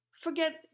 Forget